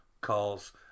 Calls